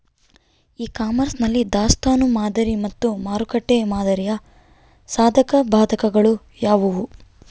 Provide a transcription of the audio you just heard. E commerce ನಲ್ಲಿ ದಾಸ್ತನು ಮಾದರಿ ಮತ್ತು ಮಾರುಕಟ್ಟೆ ಮಾದರಿಯ ಸಾಧಕಬಾಧಕಗಳು ಯಾವುವು?